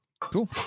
cool